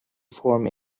form